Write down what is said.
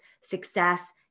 success